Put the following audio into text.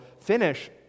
finish